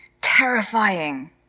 terrifying